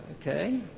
Okay